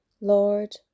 Lord